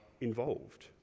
involved